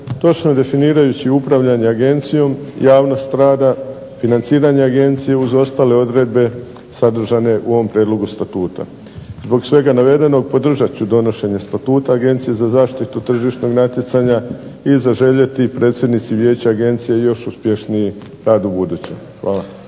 točno definirajući upravljanje Agencijom, javnost rada, financiranje Agencije uz ostale odredbe sadržane u ovom Prijedlogu statuta. Zbog svega navedenog podržat ću donošenje Statuta Agencije za zaštitu tržišnog natjecanja i zaželjeti predsjednici Vijeća Agencije još uspješniji rad ubuduće. Hvala.